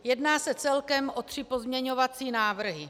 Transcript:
Jedná se celkem o tři pozměňovací návrhy.